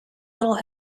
little